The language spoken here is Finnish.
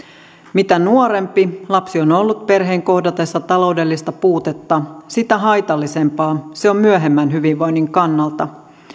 mitä nuorempi lapsi on on ollut perheen kohdatessa taloudellista puutetta sitä haitallisempaa se on myöhemmän hyvinvoinnin kannalta